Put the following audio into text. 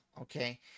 okay